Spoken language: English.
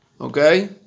Okay